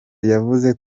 yavuze